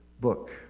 book